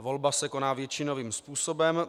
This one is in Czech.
Volba se koná většinovým způsobem.